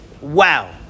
wow